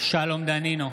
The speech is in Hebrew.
שלום דנינו,